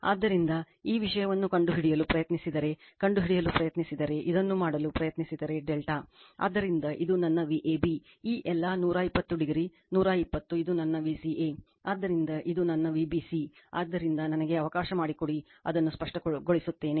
ಆದ್ದರಿಂದ ಈ ವಿಷಯವನ್ನು ಕಂಡುಹಿಡಿಯಲು ಪ್ರಯತ್ನಿಸಿದರೆ ಕಂಡುಹಿಡಿಯಲು ಪ್ರಯತ್ನಿಸಿದರೆ ಇದನ್ನು ಮಾಡಲು ಪ್ರಯತ್ನಿಸಿದರೆ ∆ ಆದ್ದರಿಂದ ಇದು ನನ್ನ Vab ಈ ಎಲ್ಲಾ 120o 120 ಇದು ನನ್ನ Vca ಆದ್ದರಿಂದ ಇದು ನನ್ನ Vbc ಆದ್ದರಿಂದ ನನಗೆ ಅವಕಾಶ ಮಾಡಿಕೊಡಿ ಅದನ್ನು ಸ್ಪಷ್ಟಗೊಳಿಸುತ್ತೇನೆ